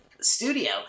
studio